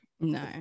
No